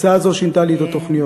הצעה זו שינתה לי את התוכניות.